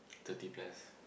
thirty plus